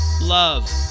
Love